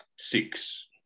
six